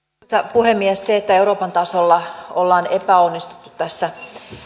puhemies se että euroopan tasolla ollaan epäonnistuttu tässä